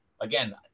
again